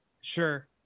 Sure